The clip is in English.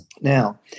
Now